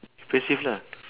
impressive lah